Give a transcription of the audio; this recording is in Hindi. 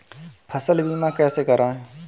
फसल बीमा कैसे कराएँ?